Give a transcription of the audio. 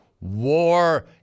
War